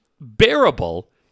bearable